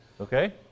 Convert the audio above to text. Okay